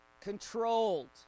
Controlled